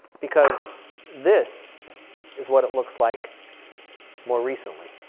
because this is what it looks like more recently.